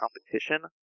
competition